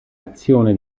azioni